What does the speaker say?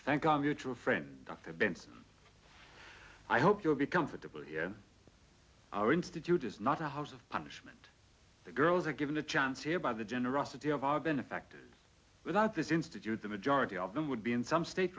thank our mutual friend dr benson i hope you'll be comfortable here our institute is not a house of punishment the girls are given a chance here by the generosity of our benefactor without this institute the majority of them would be in some state